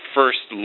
first